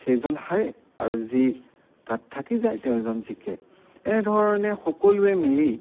সেইজন হাৰে আৰু যি তাত থাকি যায় তেওঁ জন জিকে এনেধৰণে সকলোৱে মিলি